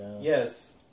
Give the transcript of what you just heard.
Yes